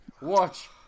Watch